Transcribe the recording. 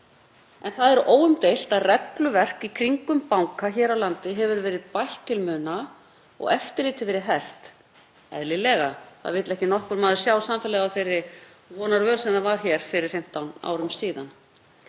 En það er óumdeilt að regluverk í kringum banka hér á landi hefur verið bætt til muna og eftirlitið verið hert. Eðlilega, það vill ekki nokkur maður sjá samfélagið komið á vonarvöl eins og það var hér fyrir 15 árum síðan.